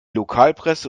lokalpresse